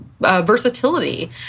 versatility